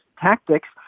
tactics